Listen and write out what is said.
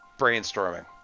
brainstorming